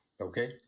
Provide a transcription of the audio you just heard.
okay